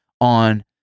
on